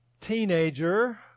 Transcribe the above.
teenager